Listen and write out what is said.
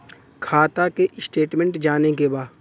खाता के स्टेटमेंट जाने के बा?